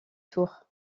tour